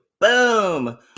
Boom